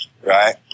Right